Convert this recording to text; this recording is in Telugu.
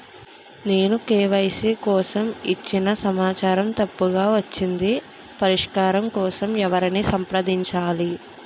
నేను కే.వై.సీ కోసం ఇచ్చిన సమాచారం తప్పుగా వచ్చింది పరిష్కారం కోసం ఎవరిని సంప్రదించాలి?